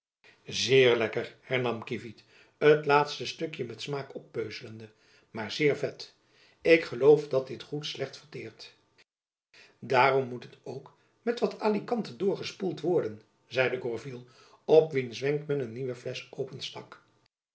zeer lekker hernam kievit het laatste stukjen met smaak oppeuzelende maar zeer vet ik geloof dat dit goed slecht verteert daarom moet het ook met wat alicante doorgespoeld worden zeide gourville op wiens wenk men een nieuwe flesch openstak